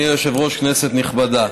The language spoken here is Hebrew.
אדוני היושב-ראש, כנסת נכבדה,